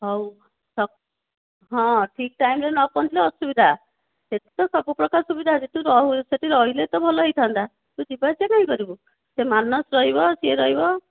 ହଉ ହଁ ଠିକ୍ ଟାଇମ୍ରେ ନ ପହଞ୍ଚିଲେ ଅସୁବିଧା ସେଇଠି ତ ସବୁ ପ୍ରକାର ସୁବିଧା ଅଛି ତୁ ସେଇଠି ରହିଲେ ଭଲ ହୋଇଥାନ୍ତା ତୁ ଯିବା ଆସିବା କାଇଁ କରିବୁ ସେ ମାନସ ରହିବ ସେ ରହିବ